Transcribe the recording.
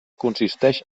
consisteix